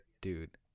Dude